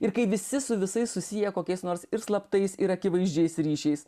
ir kai visi su visais susiję kokiais nors slaptais ir akivaizdžiais ryšiais